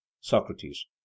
socrates